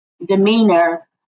Demeanor